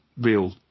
real